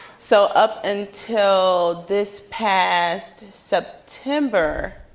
so up until this past september,